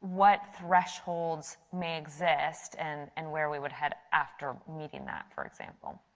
what thresholds may exist and and where we would head after meeting that, for example?